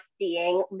seeing